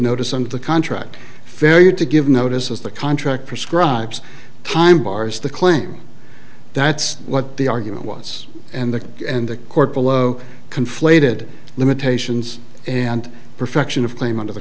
notice of the contract fair you to give notice as the contract prescribes time bars the claim that's what the argument was and the and the court below conflated limitations and perfection of claim under the